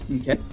Okay